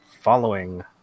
following